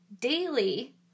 daily